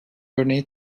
örneği